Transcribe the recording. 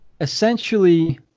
essentially